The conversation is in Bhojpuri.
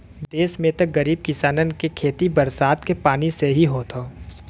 देस में त गरीब किसानन के खेती बरसात के पानी से ही होत हौ